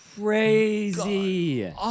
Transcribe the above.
crazy